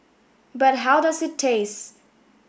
but how does it taste